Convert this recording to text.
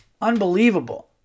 Unbelievable